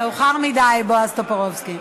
מאוחר מדי, בועז טופורובסקי.